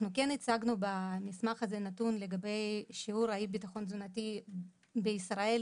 הצגנו במסמך הזה נתון לגבי שיעור האי-ביטחון התזונתי בישראל,